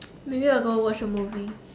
maybe I'll go watch a movie